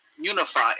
unify